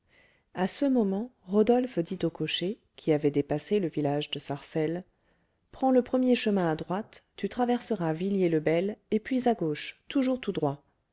à ce moment rodolphe dit au cocher qui avait dépassé le village de sarcelles prends le premier chemin à droite tu traverseras villiers le bel et puis à gauche toujours tout droit